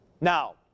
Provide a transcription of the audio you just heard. Now